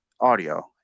audio